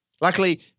Luckily